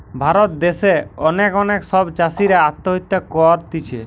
ভারত দ্যাশে অনেক অনেক সব চাষীরা আত্মহত্যা করতিছে